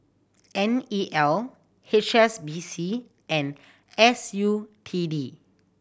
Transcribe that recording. N E L H S B C and S U T D